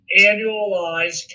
annualized